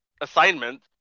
assignment